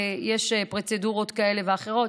ויש פרוצדורות כאלה ואחרות.